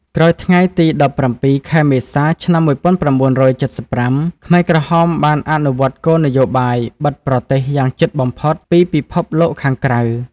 ក្រោយថ្ងៃទី១៧ ខែមេសា ឆ្នាំ១៩៧៥ ខ្មែរក្រហមបានអនុវត្តគោលនយោបាយបិទប្រទេសយ៉ាងជិតបំផុតពីពិភពលោកខាងក្រៅ។